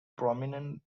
prominent